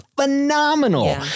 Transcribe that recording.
phenomenal